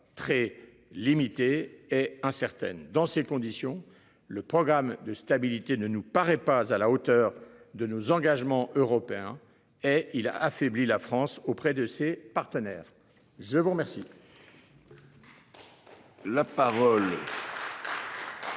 très limitées et incertaine dans ces conditions, le programme de stabilité ne nous paraît pas à la hauteur de nos engagements européens et il a affaibli la France auprès de ses partenaires. Je vous remercie.